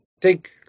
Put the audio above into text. take